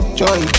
joy